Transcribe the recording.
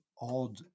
odd